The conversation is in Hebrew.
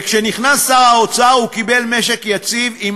וכשנכנס שר האוצר הוא קיבל משק יציב עם